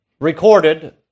recorded